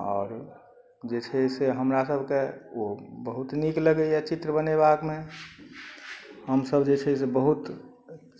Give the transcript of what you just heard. आओर जे छै से हमरा सबके ओ बहुत नीक लगइए चित्र बनेबाकमे हमसब जे छै से बहुत